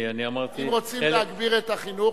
אם רוצים להגביר את החינוך,